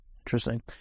interesting